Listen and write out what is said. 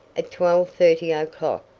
at twelve-thirty o'clock,